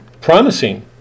promising